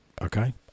okay